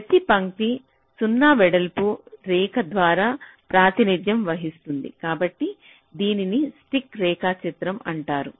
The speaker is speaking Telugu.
ప్రతి పంక్తి 0 వెడల్పు రేఖ ద్వారా ప్రాతినిధ్యం వహిస్తుంది కాబట్టి దీనిని స్టిక్ రేఖాచిత్రం అంటారు